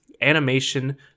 animation